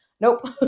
Nope